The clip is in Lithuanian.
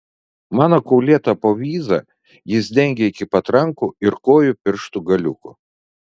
mano kaulėtą povyzą jis dengė iki pat rankų ir kojų pirštų galiukų